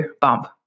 bump